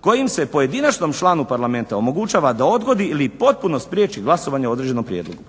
kojim se pojedinačnom članu parlamenta omogućava da odgodi ili potpuno spriječi glasovanje o određenom prijedlogu.